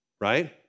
right